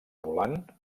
volant